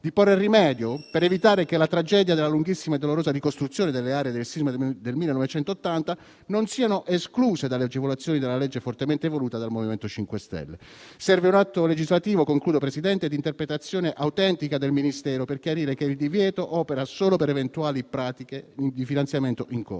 di porvi rimedio, per evitare che la tragedia della lunghissima e dolorosa ricostruzione delle aree del sisma del 1980 sia esclusa dalle agevolazioni della legge fortemente voluta dal MoVimento 5 Stelle. Serve un atto legislativo di interpretazione autentica del Ministero per chiarire che il divieto opera solo per eventuali pratiche di finanziamento in corso.